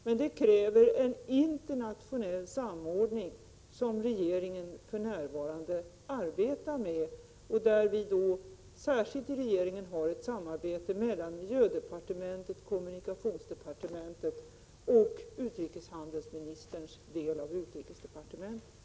Men det kräver en internationell samordning, och det är vad regeringens arbete för närvarande syftar till. Vi har ett samarbete mellan miljöoch energidepartementet, kommunikationsdepartementet och utrikeshandelsministerns del av utrikesdepartementet.